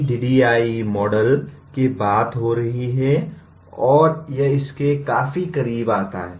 ADDIE model की बात हो रही है और यह इसके काफी करीब आता है